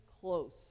close